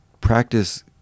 practice